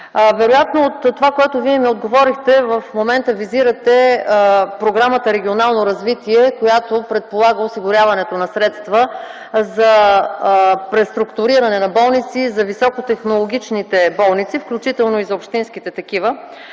Вероятно от това, което Вие ми отговорихте, в момента визирате програмата „Регионално развитие”, която предполага осигуряването на средства за преструктуриране на болниците, за високотехнологичните болници, включително и за общинските такива.